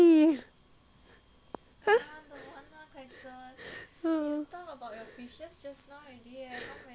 no